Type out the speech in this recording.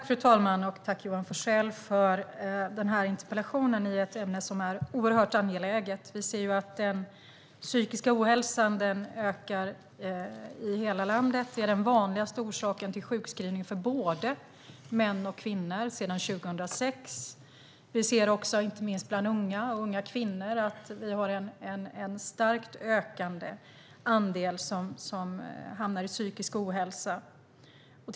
Fru talman! Jag tackar Johan Forssell för denna interpellation om ett ämne som är oerhört angeläget. Vi ser att den psykiska ohälsan ökar i hela landet. Det är den vanligaste orsaken till sjukskrivning för både män och kvinnor sedan 2006. Inte minst bland unga kvinnor ser vi att andelen som hamnar i psykisk ohälsa ökar starkt.